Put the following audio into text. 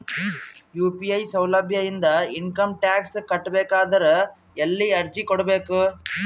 UPI ಸೌಲಭ್ಯ ಇಂದ income tax ಕಟ್ಟಬೇಕಾದರ ಎಲ್ಲಿ ಅರ್ಜಿ ಕೊಡಬೇಕು?